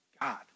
God